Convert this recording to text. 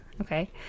Okay